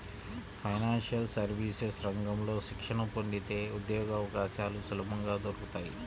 financial services రంగంలో శిక్షణ పొందితే ఉద్యోగవకాశాలు సులభంగా దొరుకుతాయి